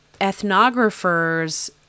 ethnographers